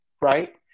right